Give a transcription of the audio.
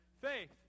faith